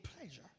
pleasure